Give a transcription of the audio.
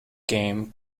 game